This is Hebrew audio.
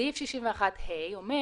סעיף 61(ה) אומר